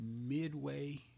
midway